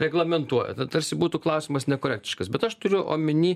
reglamentuoja na tarsi būtų klausimas nekorektiškas bet aš turiu omeny